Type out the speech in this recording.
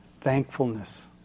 thankfulness